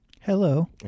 Hello